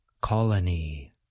Colony